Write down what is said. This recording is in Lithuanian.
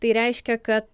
tai reiškia kad